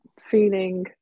feeling